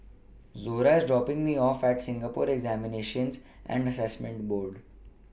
Zora IS dropping Me off At Singapore Examinations and Assessment Board